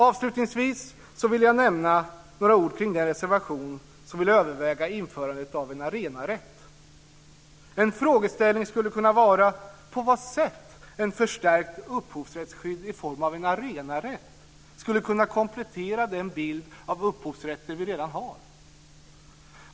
Avslutningsvis vill jag nämna några ord kring den reservation som vill överväga införandet av en arenarätt. En frågeställning skulle kunna vara på vilket sätt ett förstärkt upphovsrättsskydd i form av en arenarätt skulle komplettera den bild av upphovsrätter som vi har.